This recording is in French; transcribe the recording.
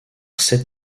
sept